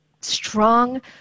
strong